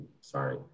sorry